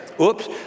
Oops